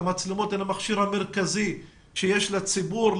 המצלמות הן המכשיר המרכזי שיש לציבור,